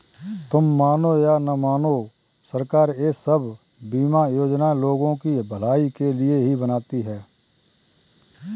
तुम मानो या न मानो, सरकार ये सब बीमा योजनाएं लोगों की भलाई के लिए ही बनाती है